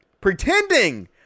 pretending